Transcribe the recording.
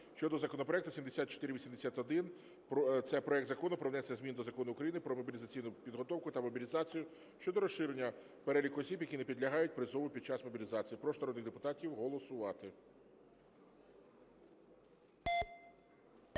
щодо законопроекту 7481 - це проект Закону про внесення змін до Закону України "Про мобілізаційну підготовку та мобілізацію" щодо розширення переліку осіб, які не підлягають призову під час мобілізації. Прошу народних депутатів голосувати.